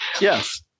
Yes